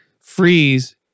freeze